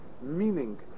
meaning